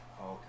okay